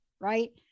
right